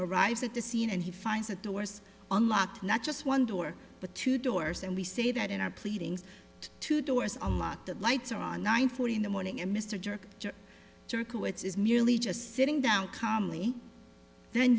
arrives at the scene and he finds the doors unlocked not just one door but two doors and we say that in our pleadings two doors are locked the lights are on nine forty in the morning and mr jerk circlets is merely just sitting down calmly then